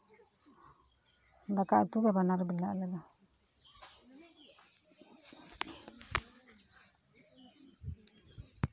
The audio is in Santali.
ᱫᱟᱠᱟ ᱩᱛᱩ ᱫᱚ ᱵᱟᱱᱟᱨ ᱵᱮᱞᱟ ᱟᱞᱮ ᱫᱚ